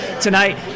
tonight